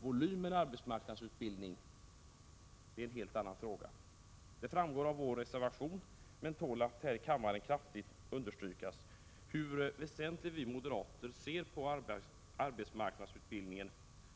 Volymen arbetsmarknadsutbildning är en helt annan fråga. Det framgår av vår reservation, men tål att här i kammaren kraftigt understrykas, hur väsentlig vi moderater anser arbetsmarknadsutbildning vara